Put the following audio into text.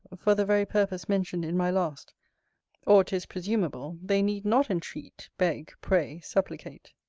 for the very purpose mentioned in my last or, tis presumable, they need not entreat, beg, pray, supplicate.